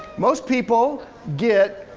most people get